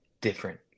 different